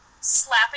slapping